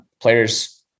players